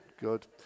good